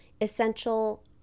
essential